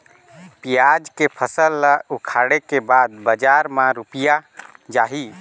पियाज के फसल ला उखाड़े के बाद बजार मा रुपिया जाही?